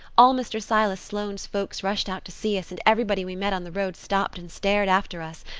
all mr. silas sloane's folks rushed out to see us and everybody we met on the road stopped and stared after us.